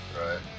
right